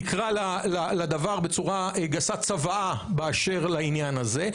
נקרא לדבר בצורה גסה "צוואה" באשר לעניין הזה.